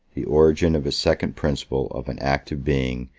the origin of a second principle of an active being,